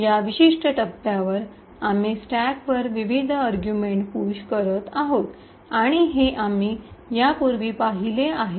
या विशिष्ट टप्प्यावर आम्ही स्टॅकवर विविध अर्गुमेट पुश करत आहोत आणि हे आम्ही यापूर्वी पाहिले आहे